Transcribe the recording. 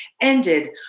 ended